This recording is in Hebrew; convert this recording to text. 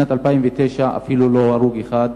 בשנת 2009 לא היה אפילו הרוג אחד